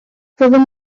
fyddwn